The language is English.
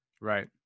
Right